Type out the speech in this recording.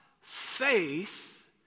Faith